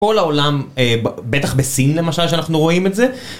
כל העולם, בטח בסין למשל, שאנחנו רואים את זה.